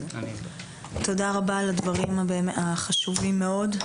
תודה רבה על הדברים החשובים מאוד.